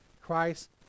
Christ